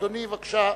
אדוני, בבקשה,